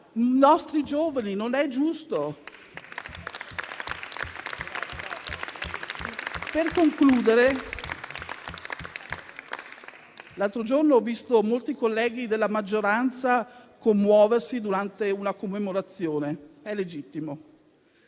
nostri giovani: non è giusto. Per concludere, l'altro giorno ho visto molti colleghi della maggioranza commuoversi durante una commemorazione. È legittimo.